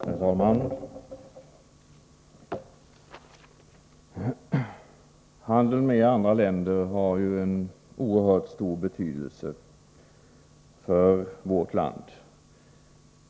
Herr talman! Handeln med andra länder har en oerhört stor betydelse för vårt land.